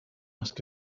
ask